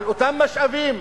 על אותם משאבים.